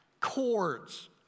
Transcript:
chords